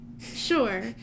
Sure